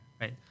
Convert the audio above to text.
right